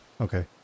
Okay